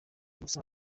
gusa